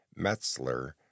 Metzler